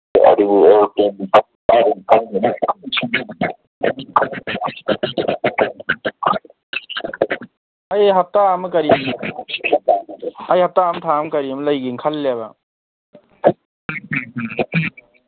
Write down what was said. ꯑꯩ ꯍꯞꯇꯥ ꯑꯃ ꯀꯔꯤ ꯑꯩ ꯍꯞꯇꯥ ꯑꯃ ꯊꯥ ꯑꯃ ꯀꯔꯤ ꯑꯃ ꯂꯩꯒꯦꯅ ꯈꯜꯂꯤꯕ